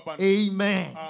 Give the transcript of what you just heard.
Amen